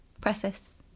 Preface